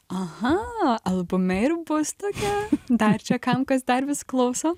aha albume ir bus tokia dar čia kam kas dar vis klauso